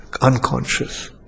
unconscious